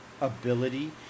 ability